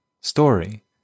story